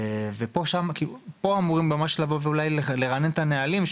כאן אמורים לרענן את הנהלים.